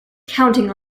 counting